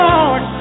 Lord